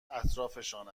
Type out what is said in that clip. اطرافشان